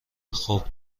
خوب